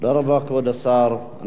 תודה רבה, כבוד השר.